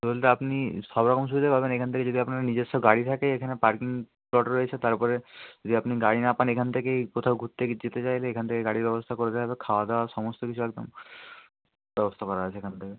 হোটেলটা আপনি সব রকম সুবিধা পাবেন এখান থেকে যদি আপনার নিজস্ব গাড়ি থাকে এখানে পার্কিং লট রয়েছে তার পরে যদি আপনি গাড়ি না পান এখান থেকেই কোথাও ঘুরতে কি যেতে চাইলে এখান থেকে গাড়ির ব্যবস্থা করে দেওয়া হবে খাওয়া দাওয়া সমস্ত কিছু একদম ব্যবস্থা করা আছে এখান থেকে